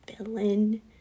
villain